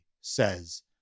says